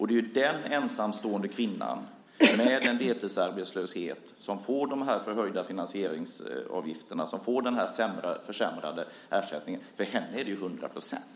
Det är den ensamstående kvinnan i deltidsarbetslöshet som får de förhöjda finansieringsavgifterna och den försämrade ersättningen. För henne är det 100 %.